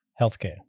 healthcare